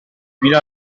mira